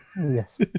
Yes